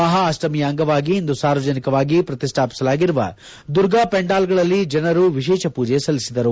ಮಹಾ ಅಷ್ಟಮಿಯ ಅಂಗವಾಗಿ ಇಂದು ಸಾರ್ವಜನಿಕವಾಗಿ ಪ್ರತಿಷ್ಟಾಪಿಸಲಾಗಿರುವ ದುರ್ಗಾ ಪೆಂಡಾಲ್ ಗಳಲ್ಲಿ ಜನರು ವಿಶೇಷ ಪೂಜೆ ಸಲ್ಲಿಸಿದರು